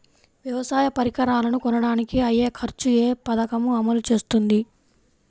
వ్యవసాయ పరికరాలను కొనడానికి అయ్యే ఖర్చు ఏ పదకము అమలు చేస్తుంది?